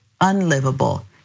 unlivable